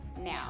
now